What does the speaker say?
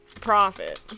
profit